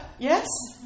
Yes